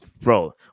bro